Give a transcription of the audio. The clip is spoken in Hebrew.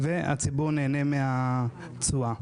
והציבור נהנה מהתשואה.